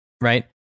right